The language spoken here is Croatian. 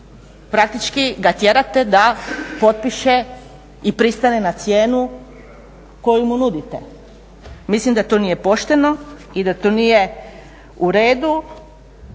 praktički ga tjerate da potpiše i pristane na cijenu koju mu nudite. Mislim da to nije pošteno i da to nije u redu.